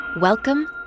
Welcome